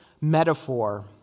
metaphor